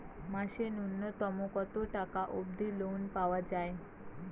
মাসে নূন্যতম কতো টাকা অব্দি লোন পাওয়া যায়?